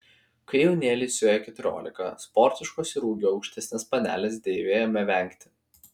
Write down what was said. kai jaunėlei suėjo keturiolika sportiškos ir ūgiu aukštesnės panelės deivė ėmė vengti